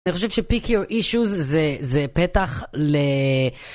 אני חושב ש pick your issues זה פתח ל...